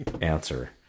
answer